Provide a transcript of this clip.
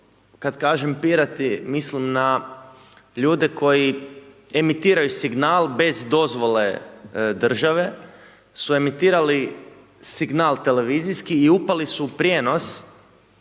kad kažem pirati mislim na ljude koji emitiraju signal bez dozvole države, su emitirali signal televizijski i upali su u prijenos